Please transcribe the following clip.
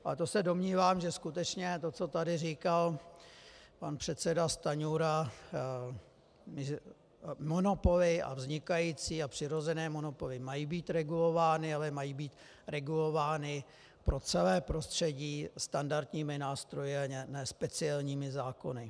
Ale to se domnívám, že skutečně to, co tady říkal pan předseda Stanjura, monopoly a vznikající a přirozené monopoly mají být regulovány, ale mají být regulovány pro celé prostřední standardními nástroji, a ne speciálními zákony.